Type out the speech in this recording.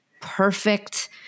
perfect